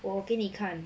我给你看